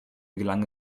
gelang